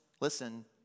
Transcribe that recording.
listen